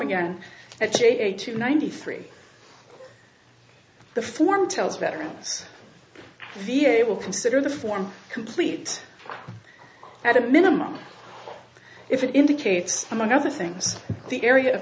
again at eight to ninety three the form tells veterans v a will consider the form complete at a minimum if it indicates among other things the area of